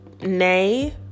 nay